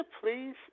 please